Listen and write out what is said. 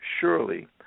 Surely